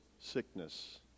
sickness